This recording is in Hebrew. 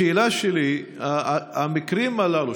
השאלה שלי: המקרים הללו,